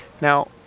now